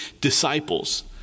disciples